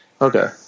Okay